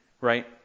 right